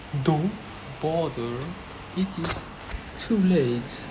don't bother it is too late